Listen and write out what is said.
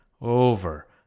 over